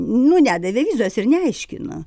nu nedavė vizos ir neaiškino